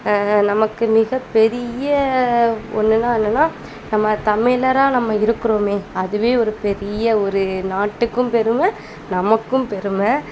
நமக்கு மிகப்பெரிய ஒன்றுன்னா என்னென்னா நம்ம தமிழரா நம்ம இருக்கிறோமே அதுவே ஒரு பெரிய ஒரு நாட்டுக்கும் பெருமை நமக்கும் பெருமை